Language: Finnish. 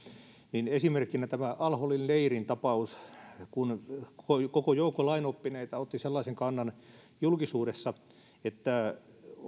niin esimerkkinä tämä al holin leirin tapaus kun koko joukko lainoppineita otti sellaisen kannan julkisuudessa että